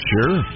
Sure